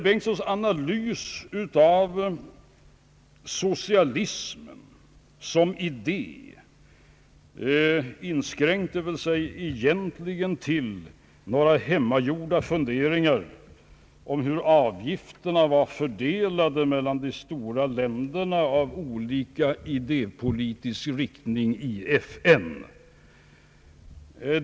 men såsom idé inskränkte sig väl egentligen till några hemmagjorda funderingar om hur avgifterna var fördelade mellan de stora länderna med olika idépolitisk inriktning i FN.